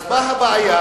מה הבעיה?